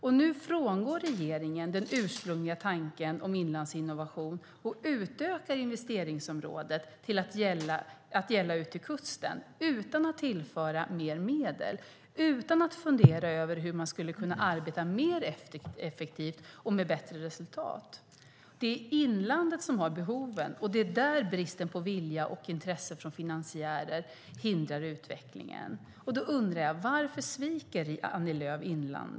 Nu frångår dessutom regeringen den ursprungliga tanken med Inlandsinnovation och utökar investeringsområdet till att gälla ut till kusten - utan att tillföra mer medel, utan att fundera över hur man skulle kunna arbeta mer effektivt och med bättre resultat. Det är inlandet som har behoven, och det är där bristen på vilja och intresse från finansiärer hindrar utvecklingen. Därför undrar jag: Varför sviker Annie Lööf?